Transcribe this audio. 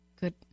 Good